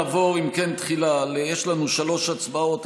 יש לנו שלוש הצבעות.